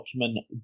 document